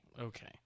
Okay